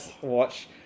watch